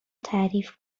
تعریف